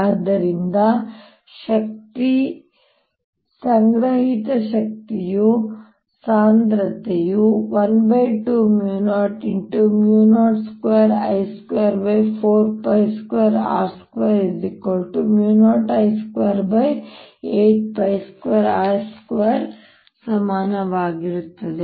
ಆದ್ದರಿಂದ ಶಕ್ತಿಯ ಸಂಗ್ರಹಿತ ಶಕ್ತಿಯ ಸಾಂದ್ರತೆಯು 12002I242r20I282r2 ಸಮಾನವಾಗಿರುತ್ತದೆ